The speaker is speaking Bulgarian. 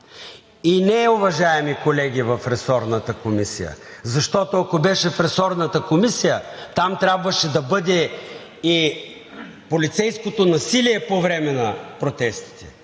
Не, уважаеми колеги, в ресорната комисия, защото, ако беше в ресорната комисия, там трябваше да бъде и полицейското насилие по време на протестите,